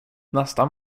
nästan